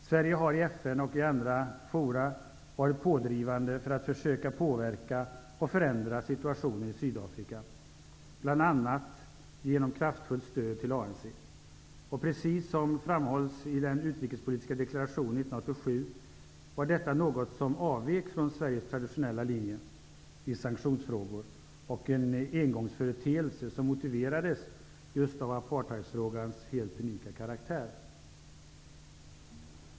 Sverige har i FN och i andra fora varit pådrivande för att försöka påverka och förändra situationen i Sydafrika, bl.a. genom kraftfullt stöd till ANC. Precis som framhålls i den utrikespolitiska deklarationen från 1987 var detta något som avvek från Sveriges traditionella linje i sanktionsfrågor. Det var en engångsföreteelse som motiverades just av apartheidfrågans helt unika karaktär.